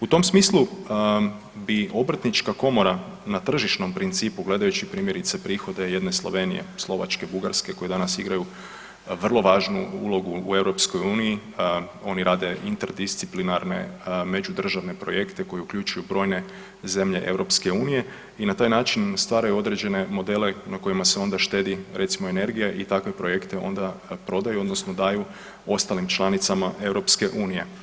U tom smislu bi Obrtnička komora na tržišnom principu, gledajući primjerice prihode jedne Slovenije, Slovačke, Bugarske koje danas igraju vrlo važnu ulogu u EU, oni rade interdisciplinarne međudržavne projekte koji uključuju brojne zemlje EU i na taj način stvaraju određene modele na kojima se onda štedi recimo energija i takve projekte prodaju odnosno daju ostalim članicama EU.